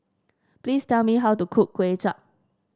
please tell me how to cook Kuay Chap